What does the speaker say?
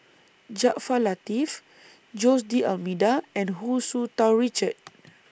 Jaafar Latiff Jose D'almeida and Hu Tsu Tau Richard